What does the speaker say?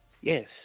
yes